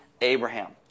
Abraham